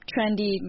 trendy